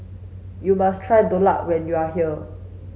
you must try Dhokla when you are here